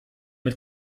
mit